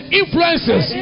influences